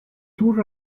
tour